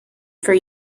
for